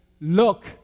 Look